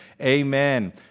Amen